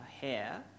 hair